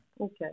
Okay